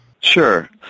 Sure